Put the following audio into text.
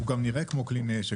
הוא גם נראה כמו כלי נשק,